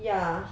ya